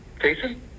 Jason